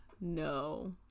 No